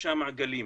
שלושה מעגלים,